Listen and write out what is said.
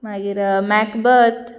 मागीर मेकबर्ट